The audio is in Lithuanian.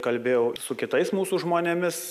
kalbėjau su kitais mūsų žmonėmis